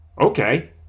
Okay